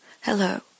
Hello